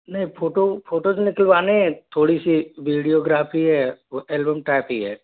नहीं photo photos निकलवाने हैं थोड़ी सी वीडियोग्राफी है और एल्बम टाइप ही है